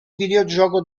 videogioco